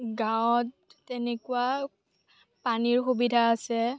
গাঁৱত তেনেকুৱা পানীৰ সুবিধা আছে